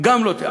גם לא תמצא.